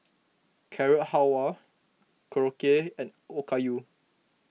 Carrot Halwa Korokke and Okayu